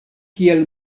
kiel